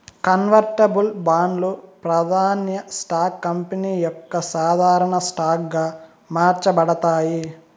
convertible బాండ్లు, ప్రాదాన్య stocks company యొక్క సాధారన స్టాక్ గా మార్చబడతాయి